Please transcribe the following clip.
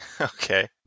Okay